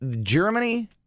Germany